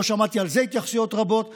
לא שמעתי התייחסות רבות לזה,